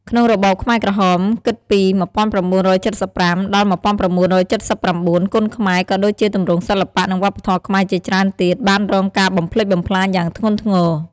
ក្នុងរបបខ្មែរក្រហម គិតពី ១៩៧៥ ដល់ ១៩៧៩ គុនខ្មែរ ក៏ដូចជាទម្រង់សិល្បៈ និងវប្បធម៌ខ្មែរជាច្រើនទៀត បានរងការបំផ្លិចបំផ្លាញយ៉ាងធ្ងន់ធ្ងរ។